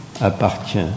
appartient